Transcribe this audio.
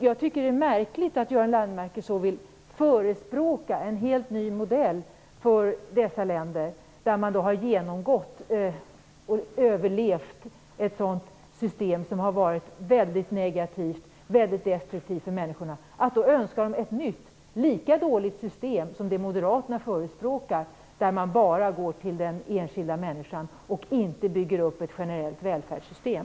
Jag tycker att det är märkligt att Göran Lennmarker vill förespråka en helt ny modell för dessa länder där man har genomgått, och överlevt, ett system som var väldigt negativt och destruktivt för människorna. Det är märkligt att då önska ett nytt system som är så dåligt som det Moderaterna förespråkar, där man bara går till den enskilda människan och inte bygger upp ett generellt välfärdssystem.